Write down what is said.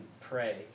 pray